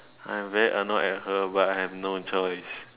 I'm very annoyed at her but I have no choice